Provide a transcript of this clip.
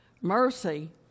Mercy